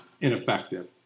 ineffective